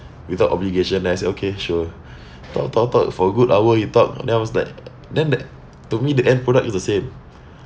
without obligation then I say okay sure talk talk talk for a good hour we talked then I was like then the to me the end product is the same